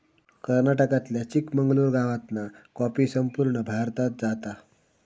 कर्नाटकातल्या चिकमंगलूर गावातना कॉफी संपूर्ण भारतात जाता